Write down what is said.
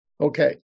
Okay